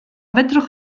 fedrwch